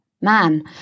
man